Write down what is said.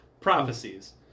prophecies